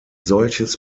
solches